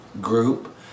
group